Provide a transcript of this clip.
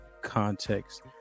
context